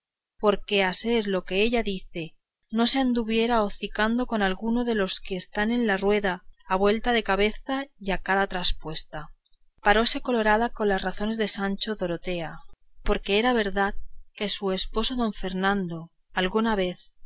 porque a ser lo que ella dice no se anduviera hocicando con alguno de los que están en la rueda a vuelta de cabeza y a cada traspuesta paróse colorada con las razones de sancho dorotea porque era verdad que su esposo don fernando alguna vez